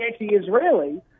anti-Israeli